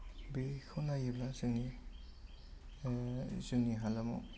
बेखौ नायोब्ला जोंनि जोंनि हालामाव